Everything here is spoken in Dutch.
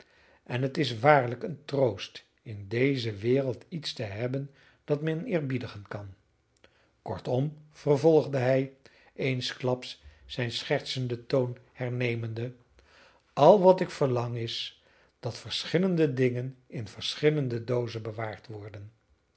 en het is waarlijk een troost in deze wereld iets te hebben dat men eerbiedigen kan kortom vervolgde hij eensklaps zijn schertsende toon hernemende al wat ik verlang is dat verschillende dingen in verschillende doozen bewaard worden